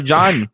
John